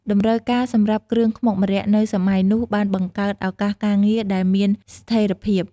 តម្រូវការសម្រាប់គ្រឿងខ្មុកម្រ័ក្សណ៍នៅសម័យនោះបានបង្កើតឱកាសការងារដែលមានស្ថេរភាព។